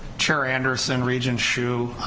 chair anderson, regent hsu,